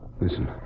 Listen